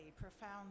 profound